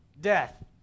death